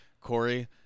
Corey